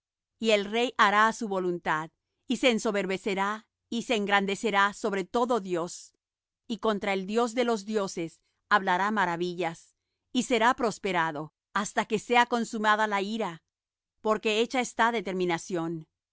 y el rey hará á su voluntad y se ensoberbecerá y se engrandecerá sobre todo dios y contra el dios de los dioses hablará maravillas y será prosperado hasta que sea consumada la ira porque hecha está determinación